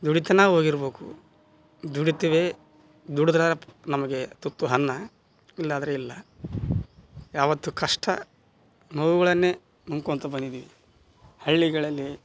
ದುಡಿತನ ಹೋಗಿರ್ಬೇಕು ದುಡಿತೀವಿ ದುಡಿದ್ರೆ ನಮಗೆ ತುತ್ತು ಅನ್ನ ಇಲ್ಲಾದ್ರೆ ಇಲ್ಲ ಯಾವತ್ತೂ ಕಷ್ಟ ನೋವುಗಳನ್ನೇ ನುಂಗ್ಕೊಳ್ತ ಬಂದಿದ್ದೀವಿ ಹಳ್ಳಿಗಳಲ್ಲಿ